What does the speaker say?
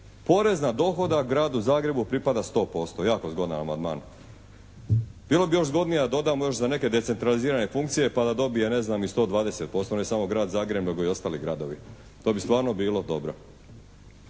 porez na dohodak Gradu Zagrebu pripada 100%. Jako zgodan amandman. Bilo bi još zgodnije da dodamo još za neke decentralizirane funkcije pa da dobije ne znam i 120% ne samo grad Zagreb nego i ostali gradovi, to bi stvarno bilo dobro.